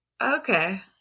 Okay